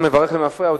אתה מברך למפרע,